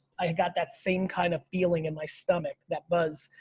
i got that same kind of feeling in my stomach. that buzz.